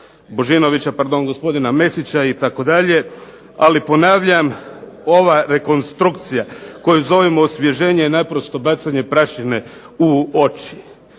Božinovića pardon, gospodina Mesića itd., ali ponavljam ova rekonstrukcija koju zovemo osvježenje je bacanje prašine u oči.